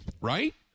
Right